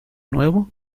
nuevo